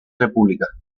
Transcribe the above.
república